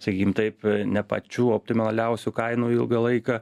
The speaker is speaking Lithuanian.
sakykim taip ne pačių optimaliausių kainų ilgą laiką